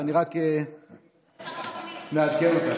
אז אני רק מעדכן אותך.